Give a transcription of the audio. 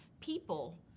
people